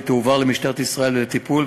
והיא תועבר למשטרת ישראל לטיפול,